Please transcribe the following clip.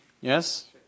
Yes